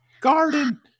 garden